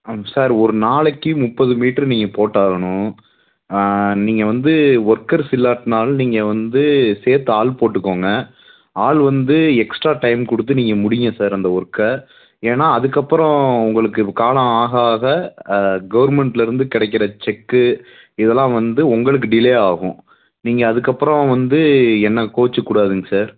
ஆம் சார் ஒரு நாளைக்கு முப்பது மீட்டர் நீங்கள் போட்டாகணும் நீங்கள் வந்து ஒர்க்கர்ஸ் இல்லாட்டினாலும் நீங்கள் வந்து சேர்த்து ஆள் போட்டுக்கோங்க ஆள் வந்து எக்ஸ்ட்ரா டைம் கொடுத்து நீங்கள் முடிங்க சார் அந்த ஒர்க்கை ஏன்னா அதுக்கப்புறோம் உங்களுக்கு காலம் ஆக ஆக கவுர்மெண்ட்லருந்து கிடைக்கிற செக்கு இதெலாம் வந்து உங்களுக்கு டிலே ஆகும் நீங்கள் அதுக்கப்புறோம் வந்து என்ன கோச்சிக்கூடாதுங்க சார்